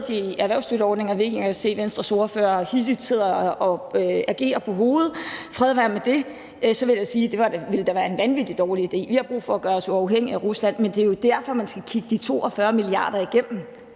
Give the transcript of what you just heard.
i erhvervsstøtteordningerne – jeg kan se, at Venstres ordfører sidder og ryster på hovedet, fred være med det – så vil jeg sige, at det da ville være en vanvittig dårlig idé. Vi har brug for at gøre os uafhængige af Rusland. Men det er jo derfor, man skal kigge de 42 mia. kr. igennem.